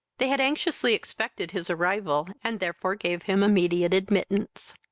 they had anxiously expected his arrival, and therefore gave him immediate admittance.